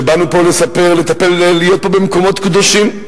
שבאנו פה לטפל ולהיות במקומות הקדושים.